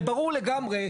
הרי ברור לגמרי,